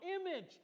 image